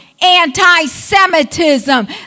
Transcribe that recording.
anti-Semitism